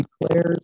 declares